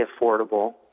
affordable